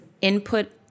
input